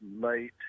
late